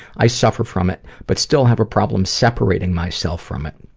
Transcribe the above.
i suffer from it but still have a problem separating myself from it,